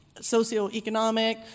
Socioeconomic